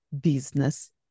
Business